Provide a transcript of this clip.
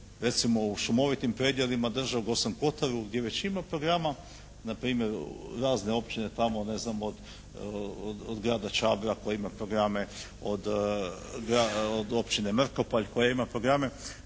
recimo u šumovitim predjelima države, Gorskom Kotaru gdje već ima programa, npr. razne općine tamo, ne znam od Grada Čabra koji ima programe, od Općine Mrkopalj koja ima programe,